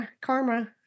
karma